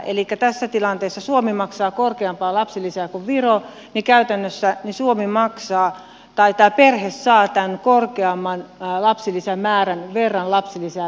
elikkä tässä tilanteessa suomi maksaa korkeampaa lapsilisää kuin viro ja käytännössä tämä perhe saa tämän korkeamman lapsilisän määrän verran lapsilisää viroon